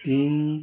তিন